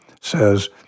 says